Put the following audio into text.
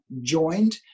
joined